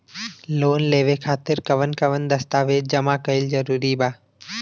Loan लेवे खातिर कवन कवन दस्तावेज जमा कइल जरूरी बा?